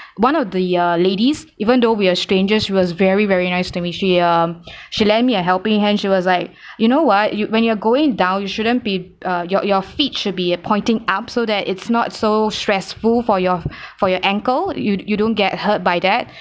one of the uh ladies even though we're strangers she was very very nice to me she um she lend me a helping hand she was like you know what you when you're going down you shouldn't be uh your your feet should be pointing up so that it's not so stressful for your for your ankle you you don't get hurt by that